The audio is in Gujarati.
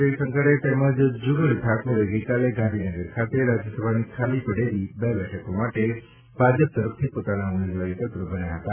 જયશંકરે તેમજ જુગલ ઠાકોરે ગઇકાલે ગાંધીનગર ખાતે રાજ્યસભાની ખાલી પડેલી બે બેઠકો માટે ભાજપ તરફથી પોતાના ઉમેદવારીપત્ર ભર્યા હતા